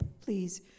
please